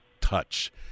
touch